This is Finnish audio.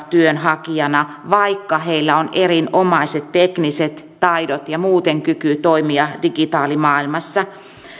työnhakijoina vaikka heillä on erinomaiset tekniset taidot ja muuten kyky toimia digitaalimaailmassa